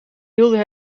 hielden